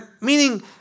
Meaning